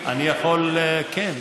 אני יכול, כן.